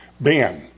Ben